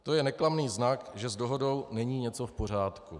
To je neklamný znak, že s dohodou není něco v pořádku.